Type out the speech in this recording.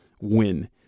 win